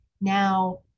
Now